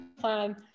plan